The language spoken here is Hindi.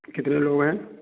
कितने लोग हैं